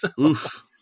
Oof